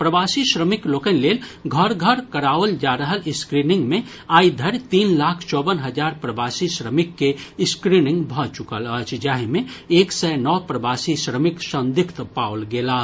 प्रवासी श्रमिक लोकनि लेल घर घर कराओल जा रहल स्क्रीनिंग मे आइ धरि तीन लाख चौबन हजार प्रवासी श्रमिक के स्क्रीनिंग भऽ चुकल अछि जाहि मे एक सय नओ प्रवासी श्रमिक संदिग्ध पाओल गेलाह